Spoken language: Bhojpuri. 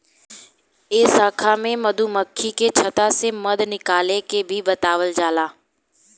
ए शाखा में मधुमक्खी के छता से मध निकाले के भी बतावल जाला